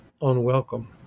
unwelcome